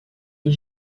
est